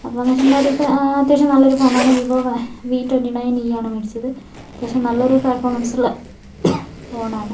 അപ്പോഴെന്ന് വെച്ചിട്ടുണ്ടെങ്കിൽ അടുത്തെ അത്യാവശ്യം നല്ലൊരു ഫോണാണ് Vivo V twenty nine e ആണ് മേടിച്ചത് അത്യാവശ്യം നല്ലൊരു പെർഫോമൻസ് ഉള്ള ഫോണാണ്